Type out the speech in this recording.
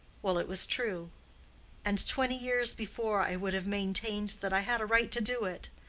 well, it was true and twenty years before i would have maintained that i had a right to do it.